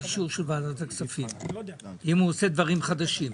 אישור של ועדת הכספים אם הוא עושה דברים חדשים.